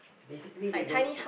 basically they don't